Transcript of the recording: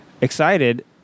excited